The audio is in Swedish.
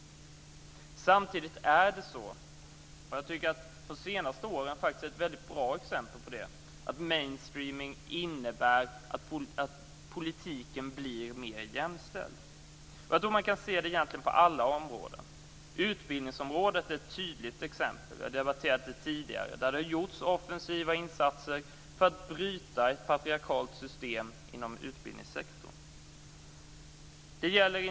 Samtidigt är det så, vilket de senaste åren är ett bra exempel på, att mainstreaming innebär att politiken blir mer jämställd. Jag tror att man egentligen kan se det på alla områden. Utbildningsområdet är ett tydligt exempel, som vi har debatterat tidigare. Det har gjorts offensiva insatser för att bryta ett patriarkalt system inom utbildningssektorn.